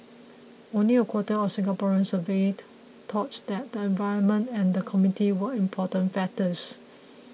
only a quarter of Singaporeans surveyed thought that the environment and the community were important factors